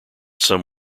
some